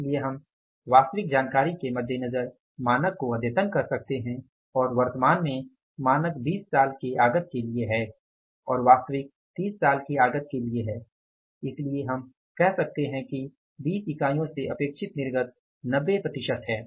इसलिए हम वास्तविक जानकारी के मद्देनजर मानक को अद्यतन कर सकते हैं और वर्तमान में मानक 20 साल के आगत के लिए है और वास्तविक 30 साल के आगत के लिए है इसलिए हम कह सकते हैं कि 20 इकाइयों से अपेक्षित निर्गत 90 प्रतिशत है